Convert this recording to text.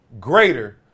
greater